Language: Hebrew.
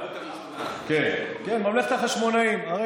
ממלכת החשמונאים, הוא